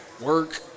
work